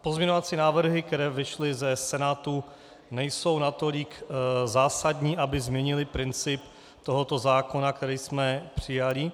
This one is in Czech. Pozměňovací návrhy, které vyšly ze Senátu, nejsou natolik zásadní, aby změnily princip tohoto zákona, který jsme přijali.